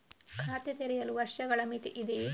ಖಾತೆ ತೆರೆಯಲು ವರ್ಷಗಳ ಮಿತಿ ಇದೆಯೇ?